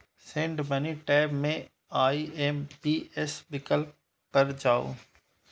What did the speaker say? send money tab मे IMPS विकल्प पर जाउ